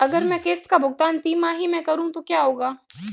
अगर मैं किश्त का भुगतान तिमाही में करूं तो क्या होगा?